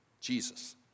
Jesus